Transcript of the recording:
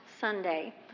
Sunday